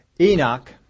Enoch